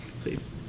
please